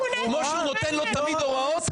כמו שהוא נותן לו תמיד הוראות,